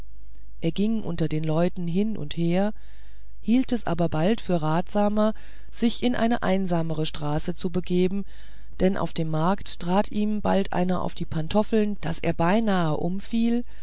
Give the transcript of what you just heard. er ging unter den leuten hin und her hielt es aber bald für ratsamer sich in eine einsamere straße zu begeben denn auf dem markt trat ihm bald da einer auf die pantoffel daß er beinahe umfiel